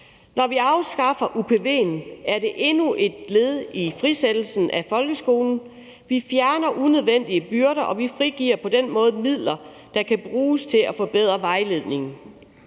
Når vi afskaffer UPV'en, er det endnu et led i frisættelsen af folkeskolen. Vi fjerner unødvendige byrder, og vi frigiver på den måde midler, der kan bruges til at forbedre vejledningen.